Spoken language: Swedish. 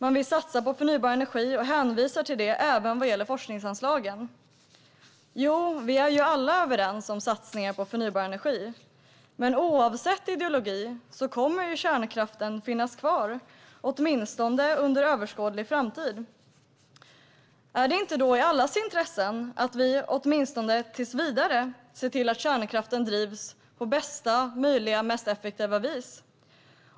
Man vill satsa på förnybar energi och hänvisar till det även vad gäller forskningsanslagen. Jo, vi är alla överens om satsningar på förnybar energi, men oavsett ideologi kommer kärnkraften att finnas kvar, åtminstone under överskådlig framtid. Är det inte då i allas intresse att vi åtminstone tills vidare ser till att kärnkraftverken drivs på bästa möjliga och mest effektiva vis?